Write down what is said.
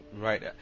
Right